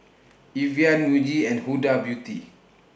Evian Muji and Huda Beauty